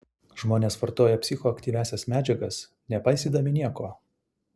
žmonės vartoja psichoaktyviąsias medžiagas nepaisydami nieko